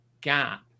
gap